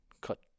cut